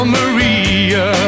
Maria ¶¶